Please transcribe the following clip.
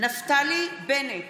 בעד נפתלי בנט,